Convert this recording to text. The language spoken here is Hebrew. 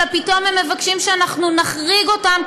אלא פתאום הם מבקשים שאנחנו נחריג אותם,